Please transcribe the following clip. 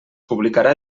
publicarà